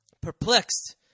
Perplexed